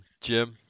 Jim